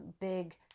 big